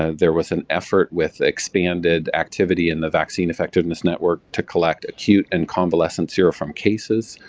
ah there was an effort with expanded activity in the vaccine effectiveness network to collect acute and convalescent sera from cases,